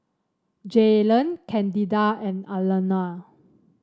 Jaylon Candida and Alanna